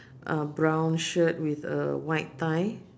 uh brown shirt with a white tie